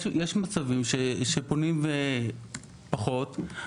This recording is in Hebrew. יש מצבים שפונים פחות.